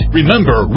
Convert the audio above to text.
Remember